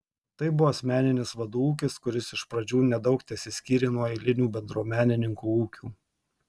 tai buvo asmeninis vadų ūkis kuris iš pradžių nedaug tesiskyrė nuo eilinių bendruomenininkų ūkių